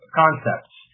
concepts